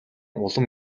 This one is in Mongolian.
улам